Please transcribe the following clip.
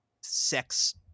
sex